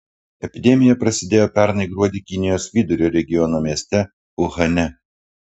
epidemija prasidėjo pernai gruodį kinijos vidurio regiono mieste uhane